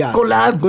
Collab